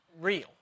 real